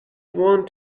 want